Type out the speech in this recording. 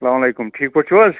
سَلام وعلیکُم ٹھیٖک پٲٹھۍ چھُو حظ